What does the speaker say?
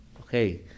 Okay